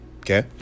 Okay